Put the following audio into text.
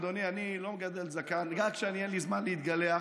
אדוני, אני לא מגדל זקן, רק כשאין לי זמן להתגלח.